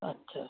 अच्छा